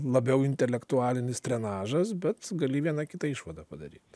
labiau intelektualinis trenažas bet gali vieną kitą išvadą padaryt